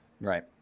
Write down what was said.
right